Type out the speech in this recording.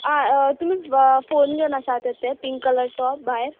आं तुमी फोन घेवन आसात ते पिंक कलर टोप भायर